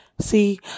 See